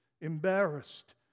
embarrassed